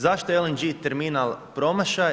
Zašto je LNG terminal promašaj?